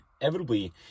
inevitably